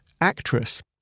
Actress